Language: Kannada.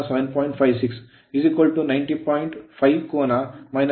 5 ಕೋನ 7